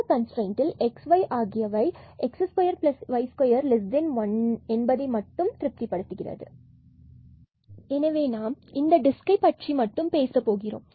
இந்த கன்ஸ்ரெய்ன்ட் ல் x y ஆகியவை x2y21 இதை மட்டும் திருப்தி படுத்துகிறது எனவே நாம் இந்த டிஸ்க்கை பற்றி பேசப் போகிறோம்